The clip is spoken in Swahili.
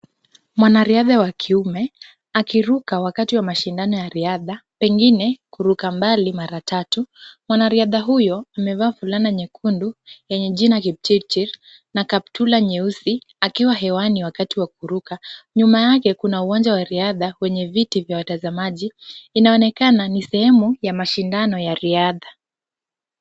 Mwanariadha wa kiume akiruka wakati wa mashindano ya riadha, pengine kuruka mbali mara tatu. Mwanariadha huyo amevaa fulana nyekundu yenye jina Kipchirchir na kaptula nyeusi akiwa hewani wakati wa kuruka. Nyuma yake kuna uwanja wa riadha wenye viti vya watazamaji, inaonekana ni sehemu ya mashindano ya riadha.